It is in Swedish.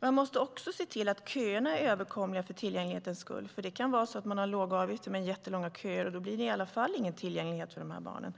Man måste också se till att köerna är överkomliga, för tillgänglighetens skull. Det kan vara så att man har låga avgifter men jättelånga köer, och då blir det i alla fall ingen tillgänglighet för de här barnen